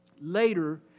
Later